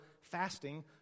fasting